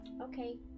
Okay